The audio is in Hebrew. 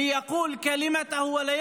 לומר את דבריו.